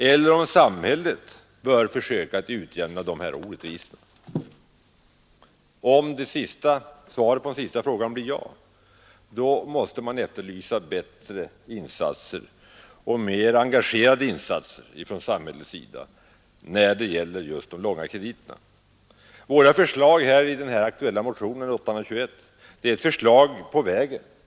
Bör samhället försöka utjämna dessa orättvisor? Om svaret på den senare frågan blir ja, måste man efterlysa bättre och mera engagerade insatser från samhällets sida när det gäller långa krediter till småföretagen. Våra förslag i motionen 821 är förslag som innebär ett steg på vägen.